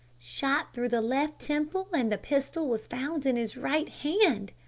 shot through the left temple, and the pistol was found in his right hand,